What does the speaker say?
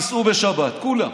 הם ייסעו בשבת כולם,